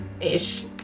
ish